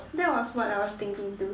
that was what I was thinking too